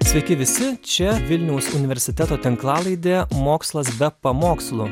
sveiki visi čia vilniaus universiteto tinklalaidė mokslas be pamokslų